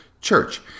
Church